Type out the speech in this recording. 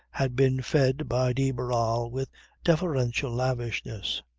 had been fed by de barral with deferential lavishness.